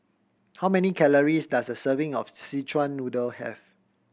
how many calories does a serving of Szechuan Noodle have